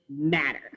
matter